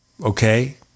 okay